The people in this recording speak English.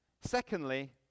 Secondly